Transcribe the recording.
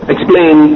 Explain